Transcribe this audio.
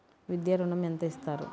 విద్యా ఋణం ఎంత ఇస్తారు?